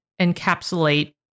encapsulate